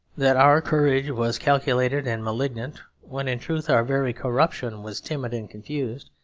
that our courage was calculated and malignant when in truth our very corruption was timid and confused,